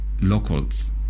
locals